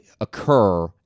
occur